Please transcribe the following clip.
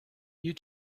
you